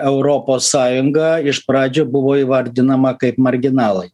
europos sąjungą iš pradžių buvo įvardinama kaip marginalai